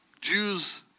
Jews